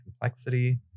complexity